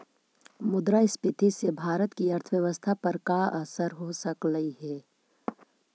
मुद्रास्फीति से भारत की अर्थव्यवस्था पर का असर हो सकलई हे